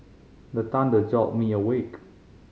the thunder jolt me awake